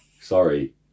Sorry